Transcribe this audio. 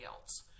else